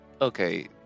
Okay